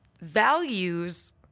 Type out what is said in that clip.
values